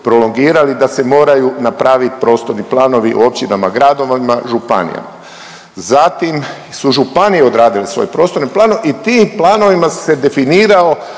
da se moraju napraviti prostorni planovi u općinama, gradovima, županijama. Zatim su županije odradile svoj prostorni plan i tim planovima se definirao